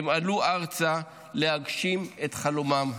הם עלו ארצה להגשים את חלומם הציוני.